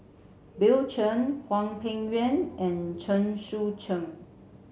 Bill Chen Hwang Peng Yuan and Chen Sucheng